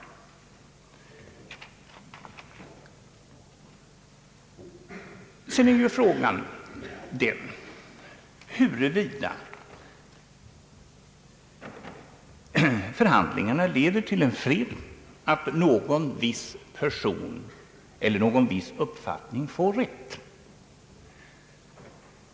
Sedan är frågan den, huruvida man, om förhandlingarna leder till fred, därmed kan säga att någon viss person eller någon viss uppfattning fått rätt.